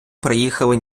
приїхали